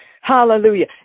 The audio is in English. Hallelujah